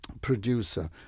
producer